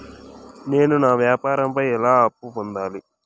నేను నా వ్యాపారం పై ఎలా అప్పు పొందాలి?